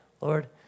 Lord